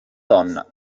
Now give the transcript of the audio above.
donna